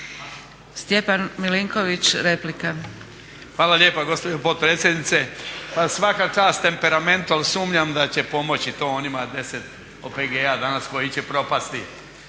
Stjepan (HDZ)** Hvala lijepa gospođo potpredsjednice. Pa svaka čast temperamentu ali sumnjam da će pomoći to onima 10 OPG-a danas koji će propasti.